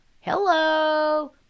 Hello